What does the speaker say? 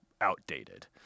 outdated